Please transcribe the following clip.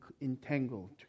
entangled